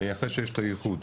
אחרי שיש את האיחוד.